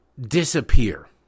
disappear